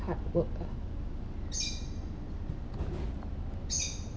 hard work ah